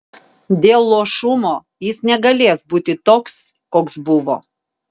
dėl luošumo jis negalės būti toks koks buvo